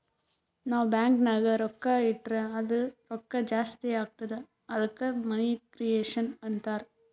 ನಾವ್ ಬ್ಯಾಂಕ್ ನಾಗ್ ರೊಕ್ಕಾ ಇಟ್ಟುರ್ ಅದು ರೊಕ್ಕಾ ಜಾಸ್ತಿ ಆತ್ತುದ ಅದ್ದುಕ ಮನಿ ಕ್ರಿಯೇಷನ್ ಅಂತಾರ್